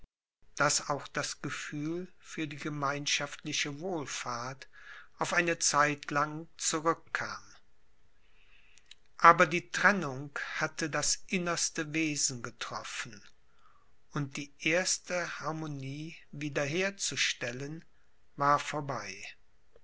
daß auch das gefühl für die gemeinschaftliche wohlfahrt auf eine zeitlang zurückkam aber die trennung hatte das innerste wesen getroffen und die erste harmonie wieder herzustellen war vorbei